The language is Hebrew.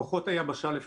כוחות היבשה לפחות.